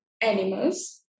animals